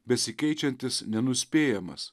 besikeičiantis nenuspėjamas